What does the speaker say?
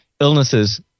illnesses